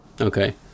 Okay